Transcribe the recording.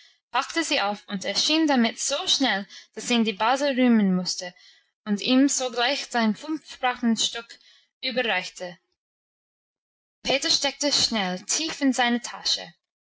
packte sie auf und erschien damit so schnell dass ihn die base rühmen musste und ihm sogleich sein fünfrappenstück überreichte peter steckte es schnell tief in seine tasche